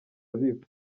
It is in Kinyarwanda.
biba